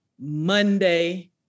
Monday